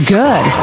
good